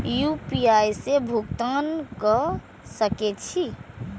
UPI से भुगतान क सके छी?